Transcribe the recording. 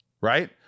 Right